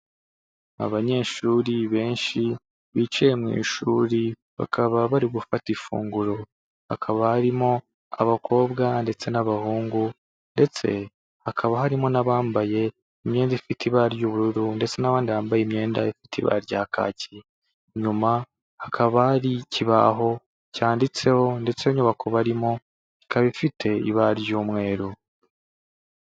Abanyeshuri benshi bicaye mu ishuri, bakaba bari gufata ifunguro, hakaba harimo abakobwa ndetse n'abahungu ndetse hakaba harimo n'abambaye imyenda ifite ibara ry'ubururu ndetse n'abandi bambaye imyenda ifite ibara rya kaki, inyuma hakaba hari ikibaho cyanditseho ndetse inyubako barimo ikaba ifite ibara ry'umweru.